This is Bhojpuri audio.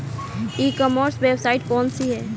ई कॉमर्स वेबसाइट कौन सी है?